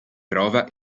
prova